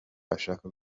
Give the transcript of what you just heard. ashaka